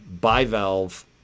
bivalve